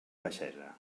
baixesa